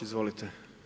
Izvolite.